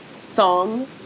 song